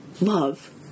love